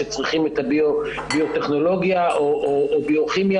שצריכים את הביו-טכנולוגיה או ביו-כימיה,